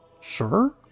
sure